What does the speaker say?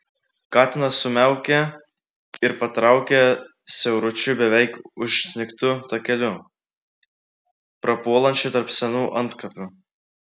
katinas sumiaukė ir patraukė siauručiu beveik užsnigtu takeliu prapuolančiu tarp senų antkapių